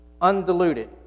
undiluted